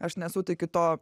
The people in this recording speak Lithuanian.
aš nesuteikiu to